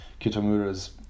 kitamura's